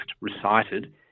recited